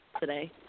today